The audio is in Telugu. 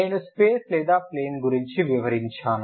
నేను స్పేస్ లేదా ప్లేన్ గురించి వివరించాను